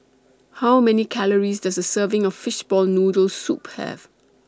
How Many Calories Does A Serving of Fishball Noodle Soup Have